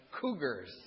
cougars